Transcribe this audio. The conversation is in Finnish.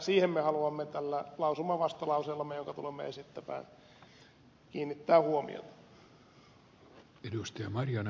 siihen me haluamme tällä lausumavastalauseellamme jonka tulemme esittämään kiinnittää huomiota